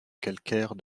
calcaire